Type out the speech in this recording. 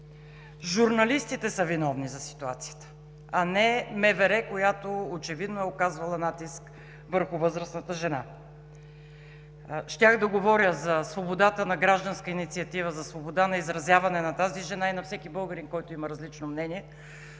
журналистите са виновни за ситуацията, а не Министерството на вътрешните работи, което очевидно е оказвало натиск върху възрастната жена. Щях да говоря за свободата на гражданската инициатива, за свободата на изразяване на тази жена и на всеки българин, който има различно мнение,